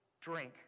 drink